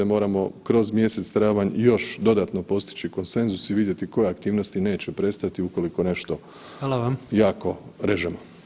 Moramo kroz mjesec travanj još dodatno postići konsenzus i vidjeti koje aktivnosti neće prestati ukoliko nešto jako režemo.